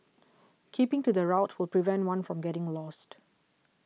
keeping to the route will prevent one from getting lost